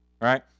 right